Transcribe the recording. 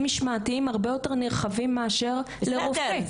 משמעתיים הרבה יותר נרחבים מאשר לרופא.